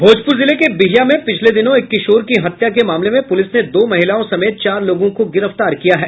भोजपूर जिले के बिहिया में पिछले दिनों एक किशोर की हत्या के मामले में पुलिस ने दो महिलाओं समेत चार लोगों को गिरफ्तार किया है